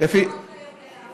מי כמוך יודע.